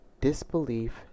disbelief